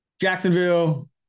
Jacksonville